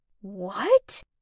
What